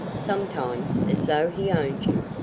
sometimes as though he owned you.